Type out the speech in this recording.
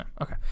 okay